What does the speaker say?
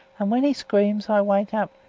and when he screams i wake up.